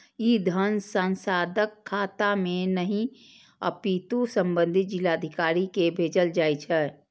ई धन सांसदक खाता मे नहि, अपितु संबंधित जिलाधिकारी कें भेजल जाइ छै